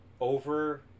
over